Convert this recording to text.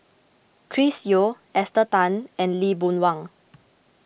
Chris Yeo Esther Tan and Lee Boon Wang